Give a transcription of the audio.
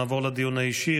נעבור כעת לדיון האישי.